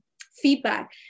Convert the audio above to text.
feedback